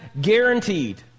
guaranteed